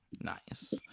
nice